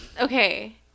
Okay